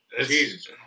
Jesus